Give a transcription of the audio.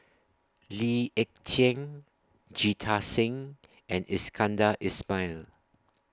Lee Ek Tieng Jita Singh and Iskandar Ismail